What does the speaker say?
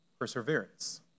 perseverance